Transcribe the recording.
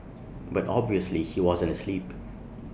but obviously he wasn't asleep